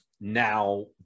now